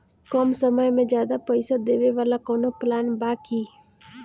कम समय में ज्यादा पइसा देवे वाला कवनो प्लान बा की?